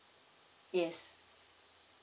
yes